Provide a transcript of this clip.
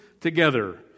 together